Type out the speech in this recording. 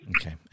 Okay